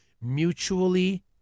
mutually